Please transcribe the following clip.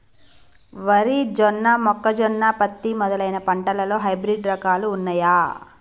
వరి జొన్న మొక్కజొన్న పత్తి మొదలైన పంటలలో హైబ్రిడ్ రకాలు ఉన్నయా?